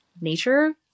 nature